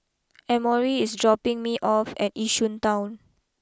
Emory is dropping me off at Yishun Town